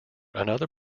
another